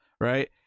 right